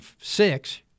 six